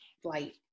flight